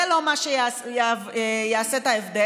זה לא מה שיעשה את ההבדל,